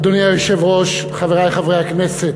אדוני היושב-ראש, חברי חברי הכנסת,